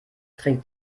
trinkt